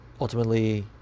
ultimately